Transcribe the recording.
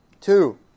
Two